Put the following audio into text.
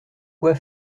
quoi